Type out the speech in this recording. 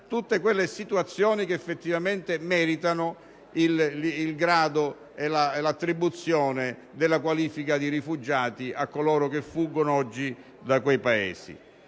tutte quelle situazioni che effettivamente meritano il grado e l'attribuzione della qualifica di rifugiato a coloro che fuggono oggi da quei Paesi.